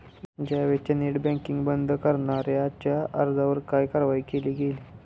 जावेदच्या net banking बंद करण्याच्या अर्जावर काय कारवाई केली गेली?